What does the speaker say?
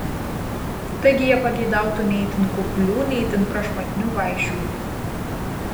taigi jie pageidautų nei itin kuklių nei itin prašmatnių vaišių